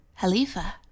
Halifa